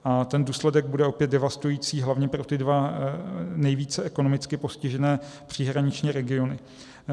A ten důsledek bude opět devastující, hlavně pro ty dva nejvíce ekonomicky postižené příhraniční regiony.